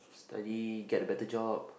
study get a better job